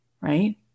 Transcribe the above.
right